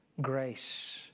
grace